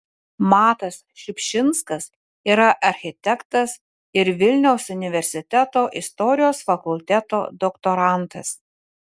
matas šiupšinskas yra architektas ir vilniaus universiteto istorijos fakulteto doktorantas